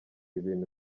ibintu